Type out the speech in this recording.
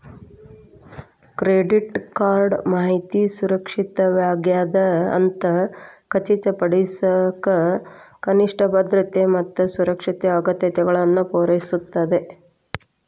credit card ಮಾಹಿತಿ ಸುರಕ್ಷಿತವಾಗ್ಯದ ಅಂತ ಖಚಿತಪಡಿಸಕ ಕನಿಷ್ಠ ಭದ್ರತೆ ಮತ್ತ ಸುರಕ್ಷತೆ ಅಗತ್ಯತೆಗಳನ್ನ ಪೂರೈಸ್ತದ